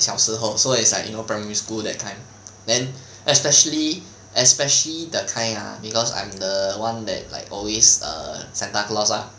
小时候 so it's like you know primary school that kind then especially especially the kind ah because I'm the one that like always err santa claus lah